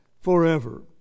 forever